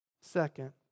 Second